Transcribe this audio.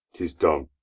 tis done.